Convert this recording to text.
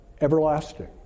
everlasting